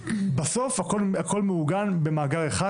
בסוף הכול מעוגן במאגר אחד,